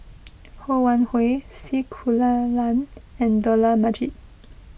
Ho Wan Hui C Kunalan and Dollah Majid